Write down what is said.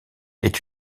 est